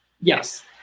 Yes